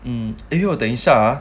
嗯等一下 ah